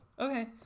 okay